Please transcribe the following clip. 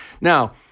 Now